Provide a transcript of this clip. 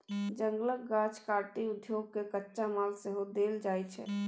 जंगलक गाछ काटि उद्योग केँ कच्चा माल सेहो देल जाइ छै